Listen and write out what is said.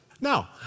Now